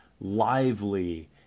lively